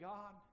God